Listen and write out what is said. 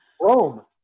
Rome